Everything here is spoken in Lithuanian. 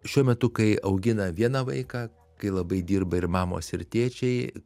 šiuo metu kai augina vieną vaiką kai labai dirba ir mamos ir tėčiai